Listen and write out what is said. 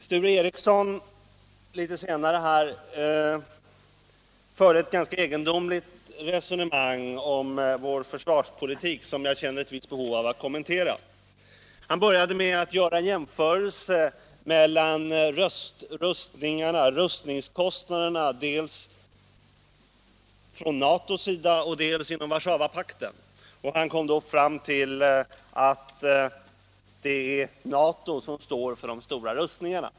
Sture Ericson förde ett ganska egendomligt resonemang om vår försvarspolitik som jag känner ett visst behov av att kommentera. Han började med att göra jämförelse mellan rustningskostnaderna dels från NATO:s sida, dels inom Warszawapakten, och han kom då fram till att det är NATO som står för de största rustningarna.